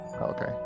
okay